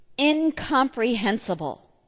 incomprehensible